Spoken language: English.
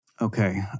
okay